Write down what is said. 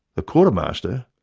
the quartermaster,